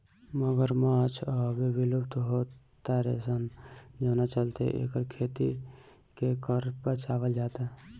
मगरमच्छ अब विलुप्त हो तारे सन जवना चलते एकर खेती के कर बचावल जाता